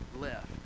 left